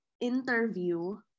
interview